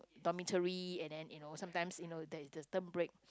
dormitory and then you know sometimes you know there is the term break